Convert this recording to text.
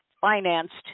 financed